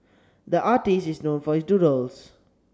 the artist is known for his doodles